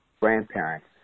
grandparents